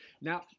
now